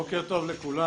בוקר טוב לכולם,